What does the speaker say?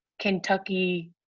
Kentucky